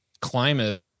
climate